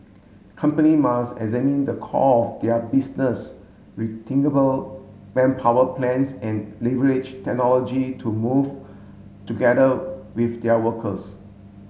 company must examine the core of their business rethinkable manpower plans and leverage technology to move together with their workers